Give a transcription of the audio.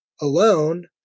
alone